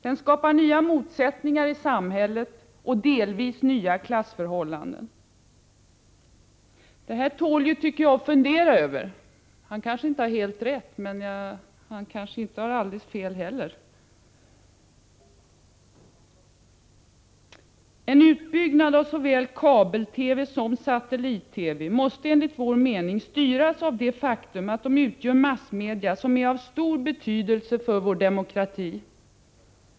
Den skapar nya motsättningar i samhället och delvis nya klassförhållanden. Det här tål att fundera över, tycker jag. Han kanske inte har helt rätt, men han kanske inte har alldeles fel heller. En utbyggnad av såväl kabel-TV som satellit-TV måste enligt vår mening styras av det faktum att de utgör massmedia som är av stor betydelse för vår demokrati.